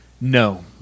No